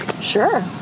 Sure